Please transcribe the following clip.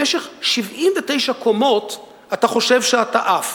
במשך 79 קומות אתה חושב שאתה עף,